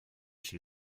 she